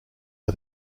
are